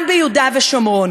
גם ביהודה ושומרון.